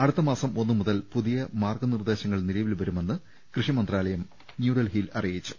അടുത്തമാസം ഒന്നു മുതൽ പുതിയ മാർഗ്ഗനിർദ്ദേശങ്ങൾ നിലവിൽ വരുമെന്ന് കൃഷിമന്ത്രാലയം ന്യൂഡൽഹിയിൽ അറിയിച്ചു